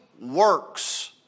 works